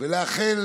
ולאחל